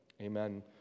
amen